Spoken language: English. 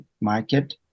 market